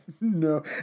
No